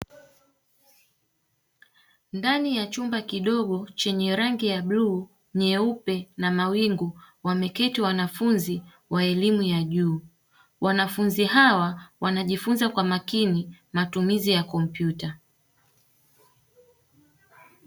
Ndani ya chumba kidogo chenye rangi ya bluu, nyeupe na mawingu; wameketi wanafunzi wa elimu ya juu. Wanafunzi hawa wanajifunza kwa makini matumizi ya kompyuta.